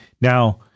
Now